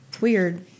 Weird